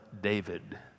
David